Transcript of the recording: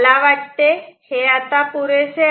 मला वाटते हे आता पुरेसे आहे